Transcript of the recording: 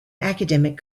academic